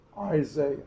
Isaiah